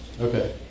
Okay